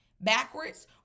backwards